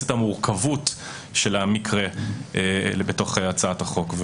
את המורכבות של המקרה בהצעת החוק.